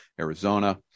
Arizona